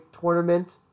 tournament